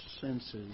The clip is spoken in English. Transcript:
senses